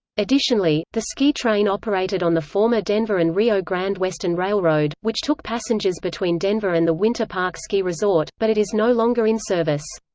additionally, the ski train operated on the former denver and rio grande western railroad, which took passengers between denver and the winter park ski resort, but it is no longer in service.